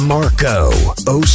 Marco